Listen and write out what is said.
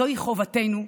זוהי חובתנו,